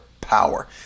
power